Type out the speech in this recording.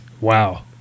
Wow